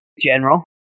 general